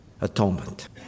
atonement